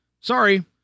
Sorry